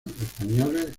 españoles